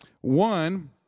One